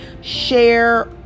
share